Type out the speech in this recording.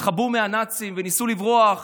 התחבאו מהנאצים וניסו לברוח,